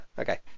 Okay